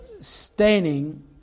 staining